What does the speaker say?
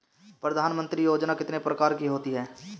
प्रधानमंत्री योजना कितने प्रकार की होती है?